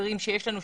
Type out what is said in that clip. אתגרים שיש לנו,